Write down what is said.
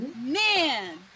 Man